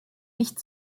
nicht